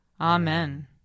Amen